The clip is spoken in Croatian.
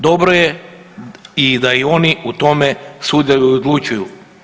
Dobro je i da i oni u tome sudjeluju i odlučuju.